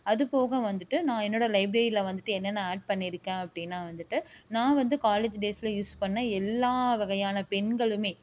அதுபோக வந்துகிட்டு நான் என்னோடய லைப்ரரியில் வந்துகிட்டு என்னென்ன ஆட் பண்ணிருக்கேன் அப்படினால் வந்துகிட்டு நான் வந்து காலேஜ் டேஸ்ஸில் யூஸ் பண்ண எல்லா வகையான பென்களுமே